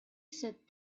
sit